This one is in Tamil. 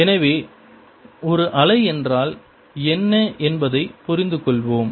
எனவே ஒரு அலை என்றால் என்ன என்பதைப் புரிந்துகொள்வோம்